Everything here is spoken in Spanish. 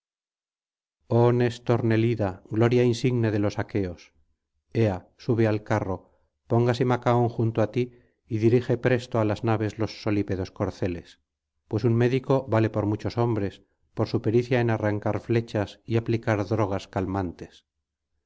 oh néstor nelida gloria insigne de los aqueos ea sube al carro póngase macaón junto á ti y dirige presto á las naves los solípedos corceles pues un médico vale por muchos hombres por su pericia en arrancar flechas y aplicar drogas calmantes